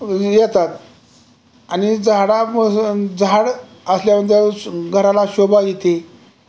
येतात आणि झाडा पासून झाड असल्यामुळे त्या घराला शोभा येते